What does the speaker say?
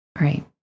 right